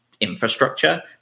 infrastructure